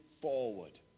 forward